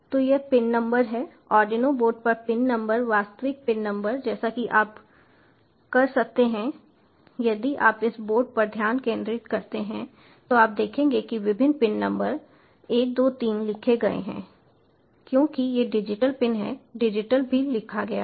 तो यह pin number है आर्डिनो बोर्ड पर पिन नंबर वास्तविक पिन नंबर जैसा कि आप कर सकते हैं यदि आप इस बोर्ड पर ध्यान केंद्रित करते हैं तो आप देखेंगे कि विभिन्न पिन नंबर 1 2 3 लिखे गए हैं क्योंकि ये डिजिटल पिन हैं डिजिटल भी लिखा है